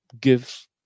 Give